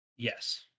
Yes